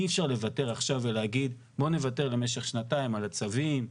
אי אפשר לוותר עכשיו ולהגיד 'בוא נוותר למשך שנתיים על הצווים,